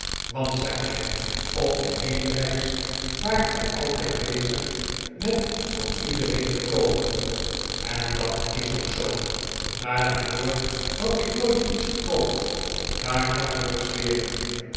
want zei hij op de heenreis waart gij altijd bezig met voor iedereen te koken en dat is ook zoo maar daarvoor maarten chuzzlewit had ik nooit iets gekookt daar kan ik op zweren